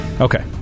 Okay